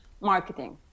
Marketing